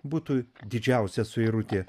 būtų didžiausia suirutė